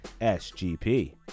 SGP